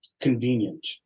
convenient